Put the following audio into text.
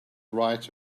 right